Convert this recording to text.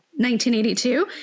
1982